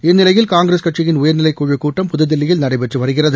இந்நிலையில் காங்கிரஸ் கட்சியின் உயர்நிலைக் குழுக் கூட்டம் புதுதில்லியில் நடைபெற்று வருகிறது